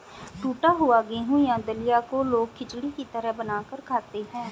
टुटा हुआ गेहूं या दलिया को लोग खिचड़ी की तरह बनाकर खाते है